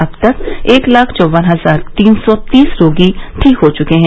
अब तक एक लाख चौकन हजार तीन सौ तीस रोगी ठीक हो चुके हैं